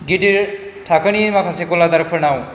गिदिर थाखोनि माखासे गलादारफोरनाव